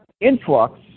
influx